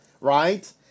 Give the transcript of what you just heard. Right